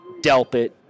Delpit